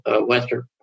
Western